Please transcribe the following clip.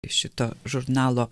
iš šito žurnalo